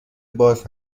باز